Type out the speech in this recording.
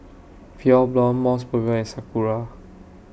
Pure Blonde Mos Burger and Sakura